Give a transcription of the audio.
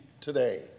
today